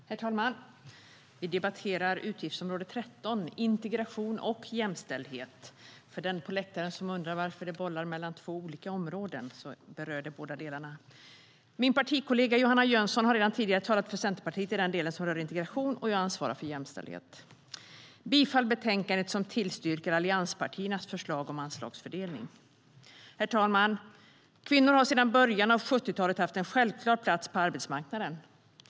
Herr talman! Vi debatterar utgiftsområde 13, Integration och jämställdhet. För den på läktaren som undrar varför det hoppar mellan två olika områden: Området berör båda delarna. Min partikollega Johanna Jönsson har redan tidigare talat för Centerpartiet i den del som rör integration, och jag ansvarar för jämställdhet. Herr talman! Kvinnor har sedan början av 70-talet haft en självklar plats på arbetsmarknaden.